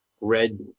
red